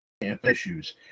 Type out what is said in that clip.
issues